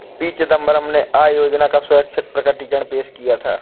P Chidambaram ने आय योजना का स्वैच्छिक प्रकटीकरण पेश किया था